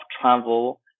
travel